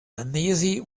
uneasy